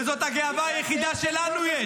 וזאת הגאווה היחידה שיש לנו.